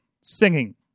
singing